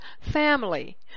family